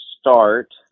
start